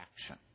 action